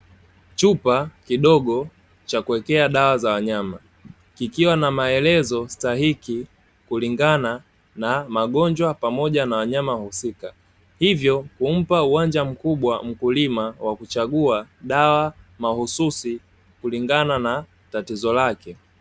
Chupa kidogo cha kuwekea dawa za wanyama, kikiwa na maelezo stahiki kulingana na magonjwa pamoja na wanyama husika. Hivyo humpa uwanja mkubwa mkulima, wa kuchagua dawa mahususi, kulingana na tatizo lake.